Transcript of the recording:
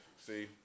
See